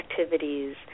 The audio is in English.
activities